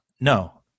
No